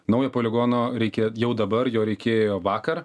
naujo poligono reikia jau dabar jo reikėjo vakar